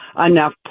enough